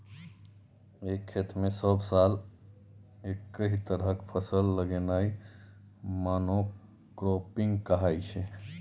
एक खेत मे सब साल एकहि तरहक फसल लगेनाइ मोनो क्राँपिंग कहाइ छै